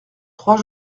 trois